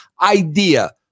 idea